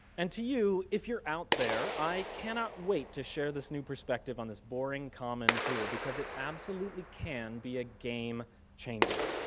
and to you, if you're out there, i cannot wait to share this new perspective on this boring, common tool, because it absolutely can be a game changer.